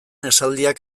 esaldiak